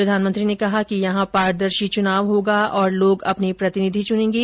प्रधानमंत्री ने कहा कि यहां पारदर्शी चुनाव होगा और लोग अपने प्रतिनिधि चुनेंगे